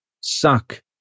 Suck